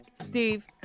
Steve